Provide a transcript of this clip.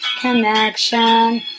connection